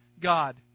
God